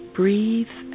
breathe